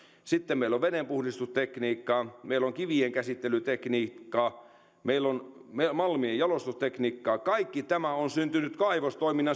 sitten meillä on vedenpuhdistustekniikkaa meillä on kivien käsittelytekniikkaa meillä on malmien jalostustekniikkaa kaikki tämä on syntynyt kaivostoiminnan